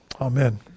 Amen